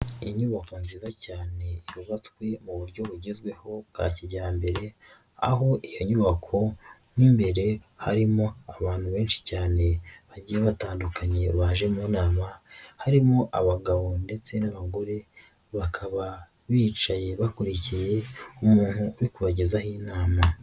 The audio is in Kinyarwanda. Inyubako nziza cyane yubatwe mu buryo bugezweho bwa kijyambere, aho iyo nyubako mo imbere harimo abantu benshi cyane bagiye batandukanye baje mu nama harimo abagabo ndetse n'abagore, bakaba bicaye bakurikiye umuntu uri kubagezaho inama.